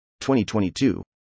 2022